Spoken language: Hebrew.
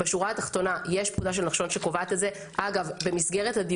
בשורה התחתונה, יש פקודה של נחשון שקובעת את זה.